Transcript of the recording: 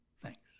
Thanks